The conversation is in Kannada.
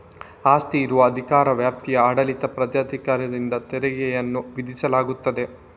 ಆಸ್ತಿ ಇರುವ ಅಧಿಕಾರ ವ್ಯಾಪ್ತಿಯ ಆಡಳಿತ ಪ್ರಾಧಿಕಾರದಿಂದ ತೆರಿಗೆಯನ್ನು ವಿಧಿಸಲಾಗುತ್ತದೆ